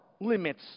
limits